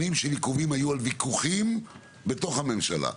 שנים היו ויכוחים בתוך הממשלה.